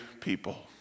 people